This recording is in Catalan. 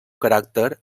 caràcter